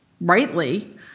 rightly